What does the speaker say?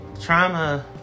trauma